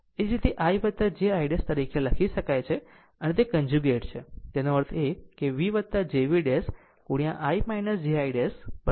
એ જ રીતે i jI ' તરીકે લખી શકાય છે અને તે કન્જુગેટ છે તેનો અર્થ છે V jV ' i jI ' બરોબર